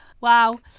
Wow